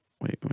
wait